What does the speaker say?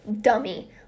dummy